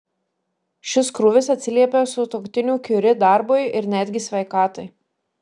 šis krūvis atsiliepia sutuoktinių kiuri darbui ir netgi sveikatai